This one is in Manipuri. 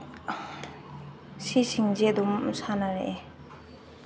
ꯁꯤꯁꯤꯡꯁꯦ ꯑꯗꯨꯝ ꯁꯥꯟꯅꯔꯛꯑꯦ